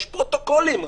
יש פרוטוקולים.